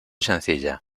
sencilla